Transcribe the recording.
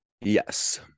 yes